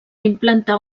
implantar